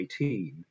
2018